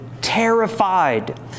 terrified